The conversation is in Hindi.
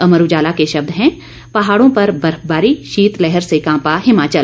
अमर उजाला के शब्द हैं पहाड़ों पर बर्फबारी शीतलहर से कांपा हिमाचल